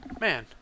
man